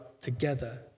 together